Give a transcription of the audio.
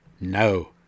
no